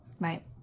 right